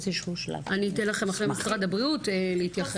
אני אתן לכם אחרי משרד הבריאות להתייחס.